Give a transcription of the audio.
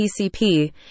TCP